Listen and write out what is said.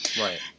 Right